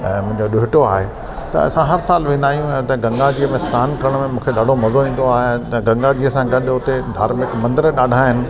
ऐं मुंहिंजो ॾोहिठो आहे त असां हर साल वेंदा आहिंयूं ऐं हुते गंगा जी में सनानु करण में मूंखे ॾाढो मज़ो ईंदो आहे त गंगाजीअ सां गॾु हुते धार्मिक मंदिर ॾाढा आहिनि